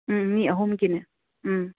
ꯃꯤ ꯑꯍꯨꯝꯒꯤꯅꯦ